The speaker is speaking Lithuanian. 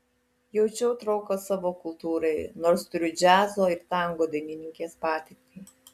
jaučiau trauką savo kultūrai nors turiu džiazo ir tango dainininkės patirtį